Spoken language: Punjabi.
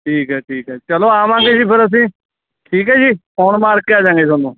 ਠੀਕ ਹੈ ਠੀਕ ਹੈ ਚਲੋ ਆਵਾਂਗੇ ਜੀ ਫਿਰ ਅਸੀਂ ਠੀਕ ਹੈ ਜੀ ਫੋਨ ਮਾਰ ਕੇ ਆ ਜਾਵਾਂਗੇ ਤੁਹਾਨੂੰ